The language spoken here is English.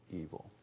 evil